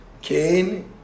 Cain